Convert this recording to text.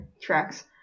tracks